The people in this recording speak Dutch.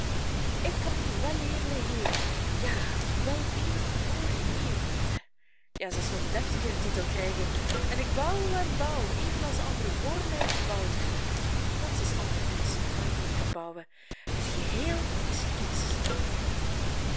ik kan weledele heer ja weledelgeboren heer worden ja zelfs nog een deftiger titel krijgen en ik bouw en bouw evenals de anderen vr mij gebouwd hebben dat is altijd iets waarop men kan bouwen het geheel is iets